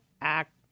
act